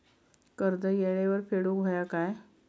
कर्ज येळेवर फेडूक होया काय?